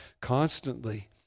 constantly